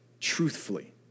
truthfully